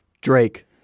Drake